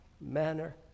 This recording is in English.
manner